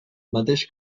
mateix